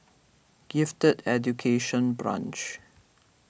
Gifted Education Branch